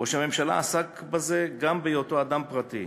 ראש הממשלה עסק בזה גם בהיותו אדם פרטי,